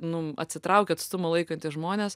nu atsitraukę atstumą laikantys žmonės